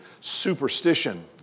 superstition